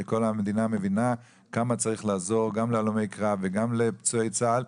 שכל המדינה מבינה כמה צריך לעזור גם להלומי קרב וגם לפצועי צה"ל.